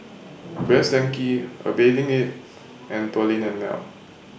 Best Denki A Bathing Ape and Perllini and Mel